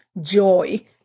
joy